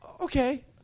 Okay